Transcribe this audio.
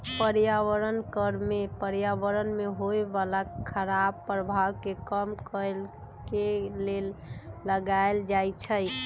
पर्यावरण कर में पर्यावरण में होय बला खराप प्रभाव के कम करए के लेल लगाएल जाइ छइ